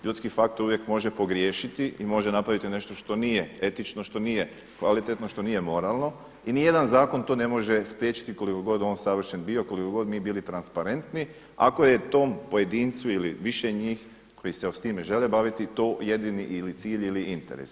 Ljudski faktor uvijek može pogriješiti i može napraviti nešto što nije etično, što nije kvalitetno, što nije moralno i nijedan zakon to ne može spriječiti koliko god on savršen bio, koliko god mi bili transparentni ako je tom pojedincu ili više njih koji se time žele baviti to jedini ili cilj ili interes.